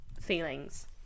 feelings